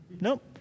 Nope